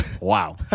Wow